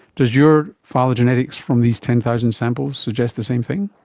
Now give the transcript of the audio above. does your phylogenetics from these ten thousand samples suggest the same thing?